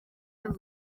muri